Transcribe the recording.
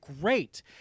great